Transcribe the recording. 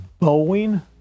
Boeing